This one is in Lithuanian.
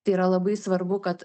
tai yra labai svarbu kad